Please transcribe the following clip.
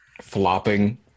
Flopping